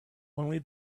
only